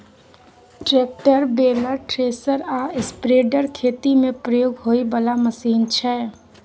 tractor, baler, thresher आ spreader खेती मे प्रयोग होइ बला मशीन छै